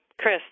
Chris